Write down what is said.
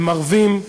הם ערבים,